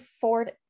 ford